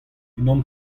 unan